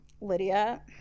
Lydia